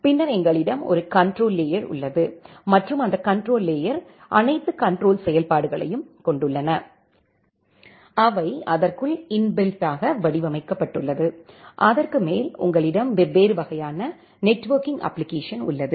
பின்னர் எங்களிடம் ஒரு கண்ட்ரோல் லேயர் உள்ளது மற்றும் அந்த கண்ட்ரோல் லேயர்அனைத்து கண்ட்ரோல் செயல்பாடுகளையும் கொண்டுள்ளது அவை அதற்குள் இன்பில்ட்டாக வடிவமைக்கப்பட்டுள்ளது அதற்கு மேல் உங்களிடம் வெவ்வேறு வகையான நெட்வொர்க்கிங் அப்ளிகேஷன் உள்ளது